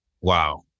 Wow